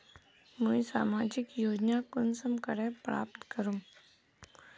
मुई सामाजिक योजना कुंसम करे प्राप्त करूम?